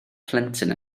plentyn